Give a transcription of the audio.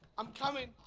i'm coming,